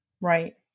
Right